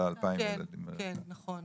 כן, נכון.